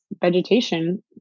vegetation